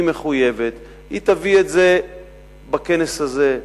היא מחויבת, היא תביא את זה בכנס הזה,